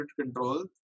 control